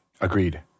Agreed